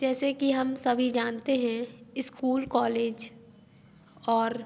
जैसे कि हम सभी जानते हैं स्कूल कॉलेज और